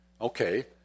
Okay